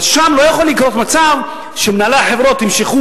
אבל שם לא יכול לקרות מצב שמנהלי החברות ימשכו